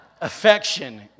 Affection